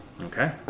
Okay